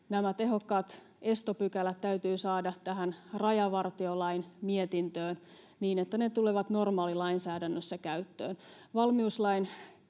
nämä tehokkaat estopykälät täytyy saada tähän rajavartiolain mietintöön, niin että ne tulevat normaalilainsäädännössä käyttöön.